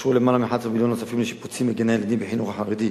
אושרו למעלה מ-11 מיליון נוספים לשיפוצים בגני-הילדים בחינוך החרדי.